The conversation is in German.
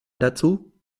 dazu